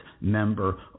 member